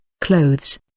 clothes